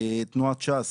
תנועת ש"ס